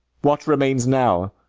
what remains now?